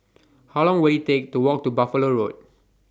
How Long Will IT Take to Walk to Buffalo Road